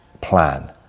plan